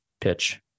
pitch